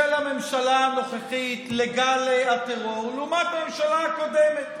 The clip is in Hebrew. הממשלה הנוכחית לגל הטרור לעומת הממשלה הקודמת.